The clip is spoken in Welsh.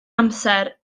amser